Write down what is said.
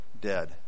dead